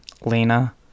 Lena